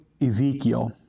Ezekiel